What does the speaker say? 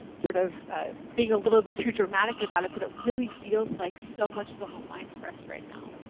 sort of being a little bit too dramatic about it, but it really feels like so much is on the line for us right now.